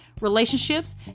Relationships